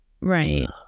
Right